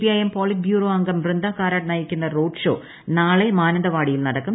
I M politburo അംഗം വൃന്ദാ കാരാട്ട് നയിക്കുന്ന road show നാളെ മാനന്തവാടിയിൽ നടക്കും